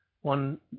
one